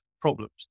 problems